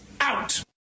out